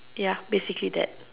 ya basically that